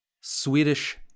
Swedish